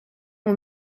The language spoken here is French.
ont